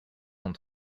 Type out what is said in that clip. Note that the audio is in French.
cent